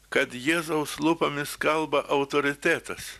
kad jėzaus lūpomis kalba autoritetas